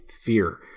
fear